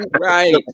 right